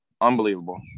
unbelievable